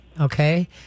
okay